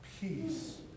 Peace